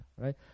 right